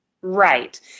Right